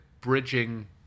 bridging